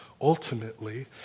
ultimately